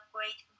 Great